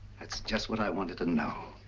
that's just what i wanted to know.